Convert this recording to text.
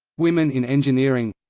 women in engineering